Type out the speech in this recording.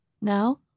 Now